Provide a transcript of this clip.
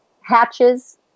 hatches